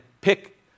pick